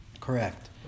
Correct